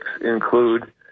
include